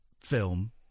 film